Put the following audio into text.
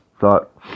thought